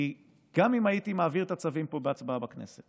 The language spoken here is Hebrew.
כי גם אם הייתי מעביר את הצווים פה בהצבעה בכנסת